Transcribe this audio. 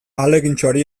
ahalegintxoari